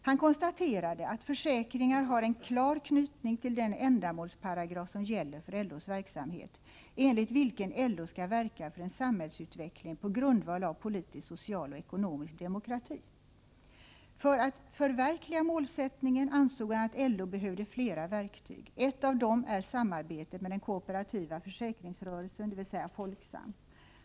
Han konstaterade att försäkringar har en klar knytning till den ändamålsparagraf som gäller för LO:s verksamhet, enligt vilken LO skall verka för en samhällsutveckling på grundval av politisk, social och ekonomisk demokrati. För att förverkliga målsättningen behövde LO flera verktyg, ansåg han. Ett av dem är samarbetet med den kooperativa försäkringsrörelsen, dvs. Folksam.